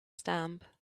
stamp